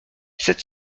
sept